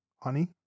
Honey